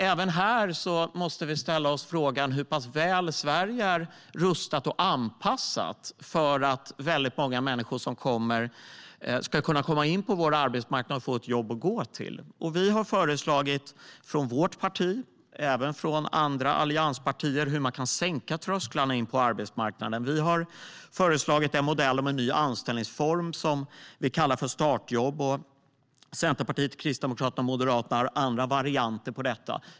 Även här måste vi ställa oss frågan hur pass väl Sverige är rustat och anpassat för att väldigt många människor som kommer ska kunna komma in på vår arbetsmarknad och få ett jobb att gå till. Vi har föreslagit från vårt parti och även från andra allianspartier hur man kan sänka trösklarna in på arbetsmarknaden. Vi har föreslagit en modell om en ny anställningsform som vi kallar för startjobb. Centerpartiet, Kristdemokraterna och Moderaterna har andra varianter på detta.